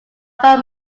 bought